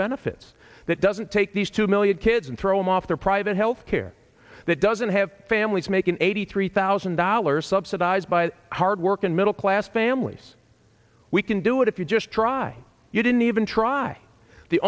benefits that doesn't take these two million kids and throw them off their private health care that doesn't have families making eighty three thousand dollars subsidized by hardworking middle class families we can do it if you just try you didn't even try the